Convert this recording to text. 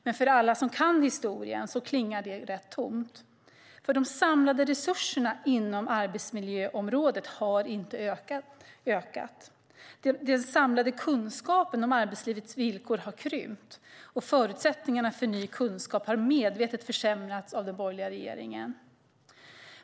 Men för alla som kan historien klingar det rätt tomt. De samlade resurserna inom arbetsmiljöområdet har nämligen inte ökat. Den samlade kunskapen om arbetslivets villkor har krympt, och förutsättningarna för ny kunskap har medvetet försämrats av den borgerliga regeringen.